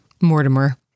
Mortimer